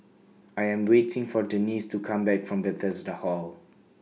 I Am waiting For Denisse to Come Back from Bethesda Hall